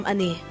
Ani